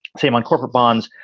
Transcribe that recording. same on corporate bonds.